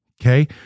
okay